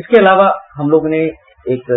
इसके अलावा हम लोगों ने एक